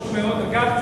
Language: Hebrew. אגב,